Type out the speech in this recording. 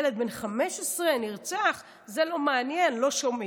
ילד בן 15 נרצח, זה לא מעניין, לא שומעים.